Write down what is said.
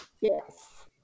Yes